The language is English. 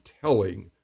telling